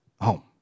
home